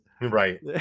Right